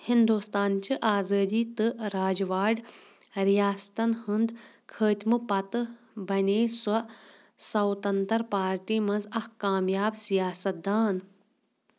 ہِنٛدُستانچہٕ آزٲدی تہٕ راجواڈ رِیاستَن ہُنٛد خٲتِمہٕ پتہٕ بَنے سۄ سَوتَنتَر پاٹی منٛز اَکھ کامیاب سیاست دان